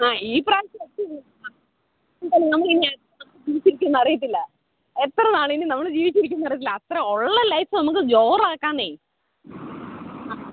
ആ ഈ പ്രാവിശ്യവും പറ്റും ഇത് ആ ജീവിച്ചിരിക്കുമെന്ന് അറിയത്തില്ല എത്ര നാൾ ഇനി നമ്മൾ ജീവിച്ചിരിക്കുമെന്ന് അറിയത്തില്ല അത്ര ഉള്ള ലൈഫ് നമുക്ക് ജോറാക്കാമെന്നേ ആ